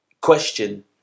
Question